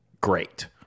great